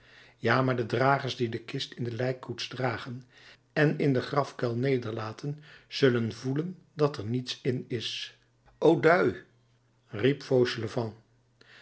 ja maar de dragers die de kist in de lijkkoets dragen en in den grafkuil nederlaten zullen voelen dat er niets in is o dui riep fauchelevent